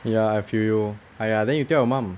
ya I feel you !aiya! then you tell your mum